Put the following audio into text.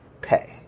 pay